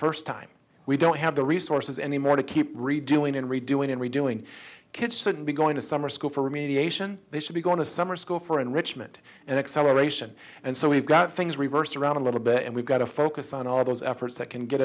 first time we don't have the resources anymore to keep redoing and redoing and redoing kids shouldn't be going to summer school for remediation they should be going to summer school for enrichment and acceleration and so we've got things really around a little bit and we've got to focus on all those efforts that can get